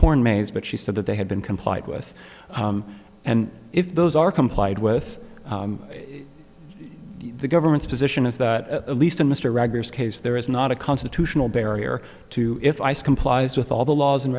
corn maze but she said that they had been complied with and if those are complied with the government's position is that at least in mr rogers case there is not a constitutional barrier to if i skim plies with all the laws and